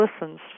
listens